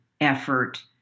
effort